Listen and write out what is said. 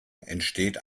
entsteht